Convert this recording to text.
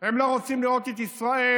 הם לא רוצים לראות את ישראל